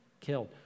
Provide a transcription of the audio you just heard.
killed